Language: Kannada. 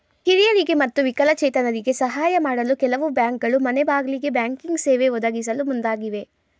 ಹಿರಿಯರಿಗೆ ಮತ್ತು ವಿಕಲಚೇತರಿಗೆ ಸಾಹಯ ಮಾಡಲು ಕೆಲವು ಬ್ಯಾಂಕ್ಗಳು ಮನೆಗ್ಬಾಗಿಲಿಗೆ ಬ್ಯಾಂಕಿಂಗ್ ಸೇವೆ ಒದಗಿಸಲು ಮುಂದಾಗಿವೆ